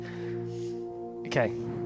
Okay